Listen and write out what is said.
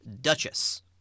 Duchess